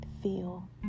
feel